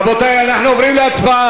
אם כן, רבותי, אנחנו עוברים להצבעה.